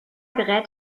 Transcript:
gerät